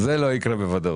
זה לא יקרה בוודאות.